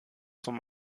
zum